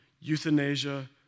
euthanasia